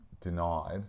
denied